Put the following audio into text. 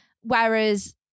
whereas